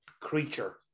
creature